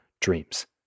dreams